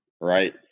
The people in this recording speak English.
right